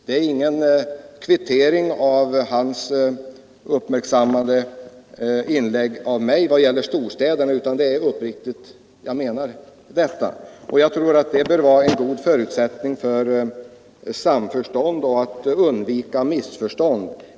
Det är ingen kvittering av hans uppmärksammande av mitt inlägg i vad gäller storstäderna, utan jag menar detta uppriktigt. Jag tror att ett lugnt uppträdande är en god förutsättning för samförstånd och undvikande av missförstånd.